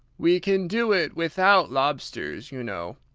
we can do it without lobsters, you know.